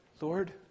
Lord